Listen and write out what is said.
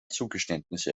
zugeständnisse